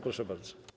Proszę bardzo.